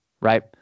right